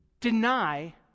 deny